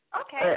Okay